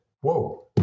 Whoa